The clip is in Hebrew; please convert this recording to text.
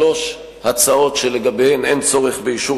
שלוש הצעות שלגביהן אין צורך באישור